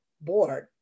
board